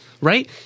Right